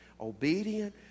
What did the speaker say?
obedient